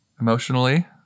emotionally